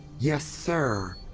yes sir!